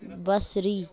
بصری